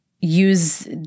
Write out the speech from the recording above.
use